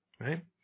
right